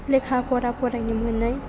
लेखा फरा फरायनो मोनै